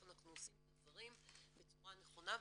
אנחנו עושים את הדברים בצורה נכונה,